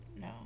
No